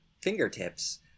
fingertips